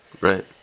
Right